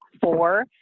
four